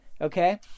okay